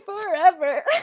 forever